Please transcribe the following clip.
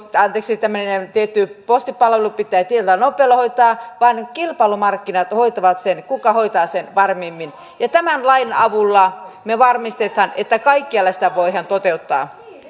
että tämmöinen tietty postipalvelu pitää tietyllä nopeudella hoitaa vaan kilpailu markkinat hoitavat sen kuka hoitaa sen varmimmin tämän lain avulla me varmistamme että kaikkialla sitä voidaan toteuttaa